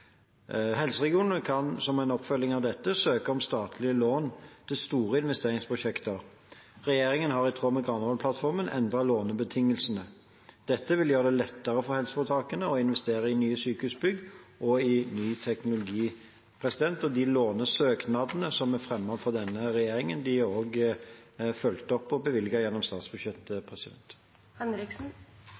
Helseregionene kan, som en oppfølging av dette, søke om statlige lån til store investeringsprosjekter. Regjeringen har i tråd med Granavolden-plattformen endret lånebetingelsene. Dette vil gjøre for det lettere for helseforetakene å investere i nye sykehusbygg og i ny teknologi. De lånesøknadene som er fremmet for denne regjeringen, er også fulgt opp og bevilget gjennom statsbudsjettet.